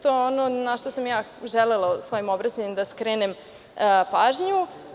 To je ono na šta sam želela u svom obraćanju da skrenem pažnju.